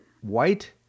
white